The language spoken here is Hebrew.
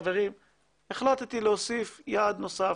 חברים החלטתי להוסיף יעד נוסף.